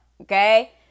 okay